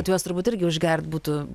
kad juos trubūt irgi užgert būtų